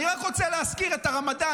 אני רוצה להזכיר את הרמדאן,